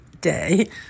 day